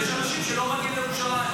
כי יש אנשים שלא מגיעים לירושלים,